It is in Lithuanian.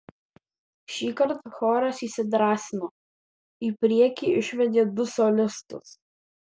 šįkart choras įsidrąsino į priekį išvedė du solistus